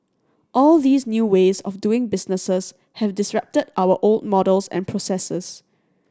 all these new ways of doing business have disrupted our old models and processes